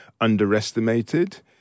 underestimated